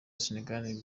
sénégal